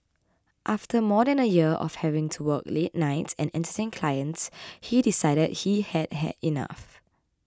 after more than a year of having to work late nights and Entertain Clients he decided he had had enough